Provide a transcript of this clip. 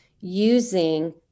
using